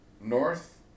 north